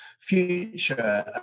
future